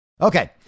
Okay